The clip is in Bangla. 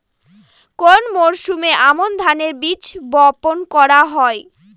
কোন মরশুমে আমন ধানের বীজ বপন করা হয়?